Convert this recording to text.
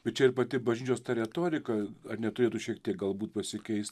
bet čia ir pati bažnyčios ta retorika ar neturėtų šiek tiek galbūt pasikeist